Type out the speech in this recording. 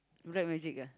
rap music ah